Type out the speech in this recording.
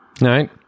right